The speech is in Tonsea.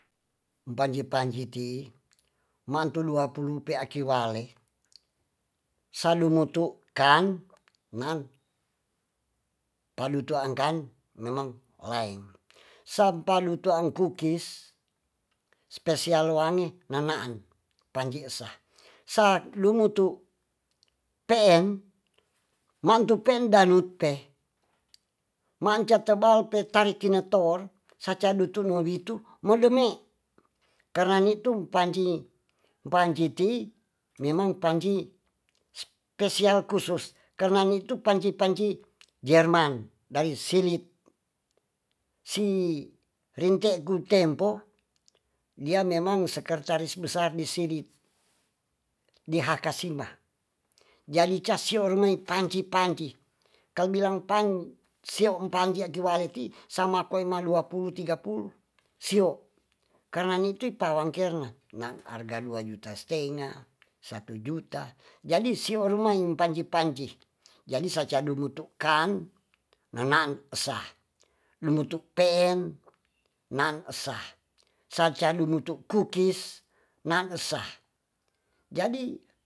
Panji-panji ti'i mangtuduapulu pe'aki wale salumotu kan nan palutu'an kan memang laeng sangpanutu'an kukis spesial wange na'naan panji'sah sa'lumutu pe'en mangtupe'en dalu'pe maanca cabal petangkinator sacadutunnowitu mogeme karna ni'tum panji- ti'i memang panji spesial khusus karna ni'tu panji-panji jerman dai silit si'rinte'ku tempo dia memang sekretaris besar disidit dihakka sima jadi tasioemair panji-panji kalo bilang pan sio panji akiwale ti'sama koema duapulu tigapuluh sio karna ni'ti pawangkerna na'arga dua juta stengah satujuta jadi sio rumain panji-panji jadi saca dumutukan nanang sa lumutu pe'eng nangsa sacalumutu kukis langsa jadi